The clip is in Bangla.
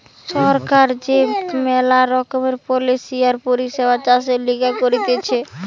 সরকার যে মেলা রকমের পলিসি আর পরিষেবা চাষের লিগে করতিছে